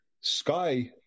sky